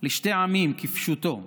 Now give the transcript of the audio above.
לשני עמים, כפשוטו: